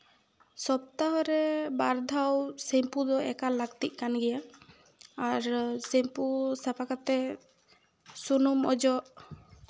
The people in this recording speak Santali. ᱥᱚᱯᱛᱟᱦᱚ ᱨᱮ ᱵᱟᱨᱫᱷᱟᱣ ᱥᱮᱢᱯᱩ ᱫᱚ ᱮᱠᱟᱞ ᱞᱟᱹᱠᱛᱤᱜ ᱠᱟᱱ ᱜᱮᱭᱟ ᱟᱨ ᱥᱮᱢᱯᱩ ᱥᱟᱯᱷᱟ ᱠᱟᱛᱮ ᱥᱩᱱᱩᱢ ᱚᱡᱚᱜ